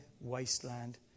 wasteland